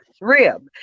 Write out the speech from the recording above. rib